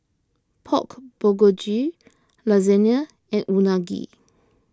Pork Bulgogi Lasagna and Unagi